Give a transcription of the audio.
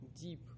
deep